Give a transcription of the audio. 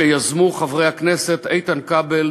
שיזמו חברי הכנסת איתן כבל,